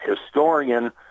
historian